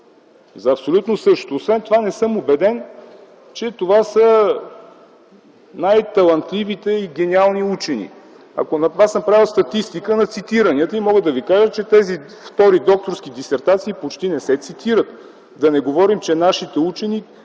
за абсолютно същото. Освен това не съм убеден, че това са най-талантливите и гениални учени. Правил съм статистика на цитиранията. Мога да ви кажа, че тези втори докторски дисертации почти не се цитират, да не говорим, че когато нашите учени